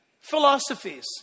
philosophies